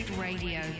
radio